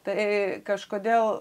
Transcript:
tai kažkodėl